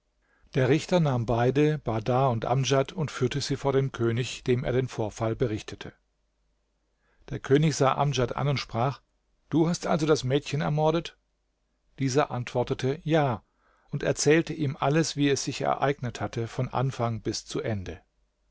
der richter nahm beide bahdar und amdjad und führte sie vor den könig dem er den vorfall berichtete der könig sah amdjad an und sprach du hast also das mädchen ermordet dieser antwortete ja und erzählte ihm alles wie es sich ereignet hatte von anfang bis zu ende